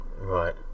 Right